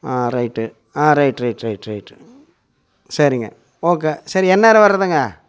ஆ right ah right right right right சரிங்க okay சரி எந்நேரம் வரதுங்க